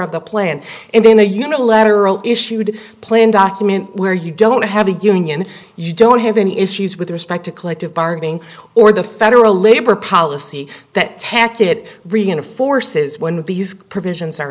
of the plan and in a unilateral issued plan document where you don't have a union you don't have any issues with respect to collective bargaining or the federal labor policy that tack it reinforces one of these provisions